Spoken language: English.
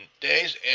days